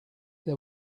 they